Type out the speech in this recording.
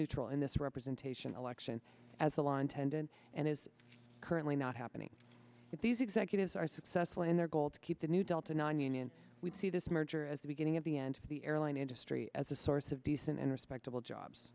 neutral in this representation election as a lie intended and is currently not happening with these executives are successful in their goal to keep the new delta nonunion we see this merger as the beginning of the end of the airline industry as a source of decent and respectable jobs